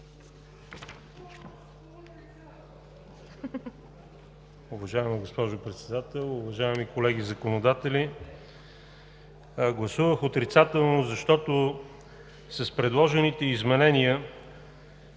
Уважаема госпожо Председател, уважаеми колеги законодатели! Гласувах отрицателно, защото с предложените изменения